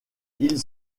ils